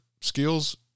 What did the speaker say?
skills